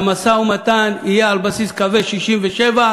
שהמשא-ומתן יהיה על בסיס קווי 67',